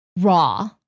raw